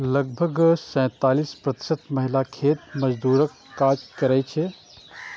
लगभग सैंतालिस प्रतिशत महिला खेत मजदूरक काज करै छै